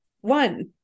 One